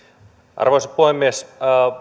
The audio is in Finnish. arvoisa puhemies